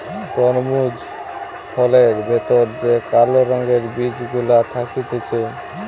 তরমুজ ফলের ভেতর যে কালো রঙের বিচি গুলা থাকতিছে